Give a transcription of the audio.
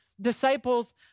disciples